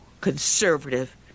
conservative